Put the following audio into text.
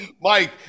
Mike